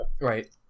Right